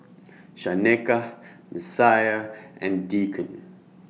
Shaneka Messiah and Deacon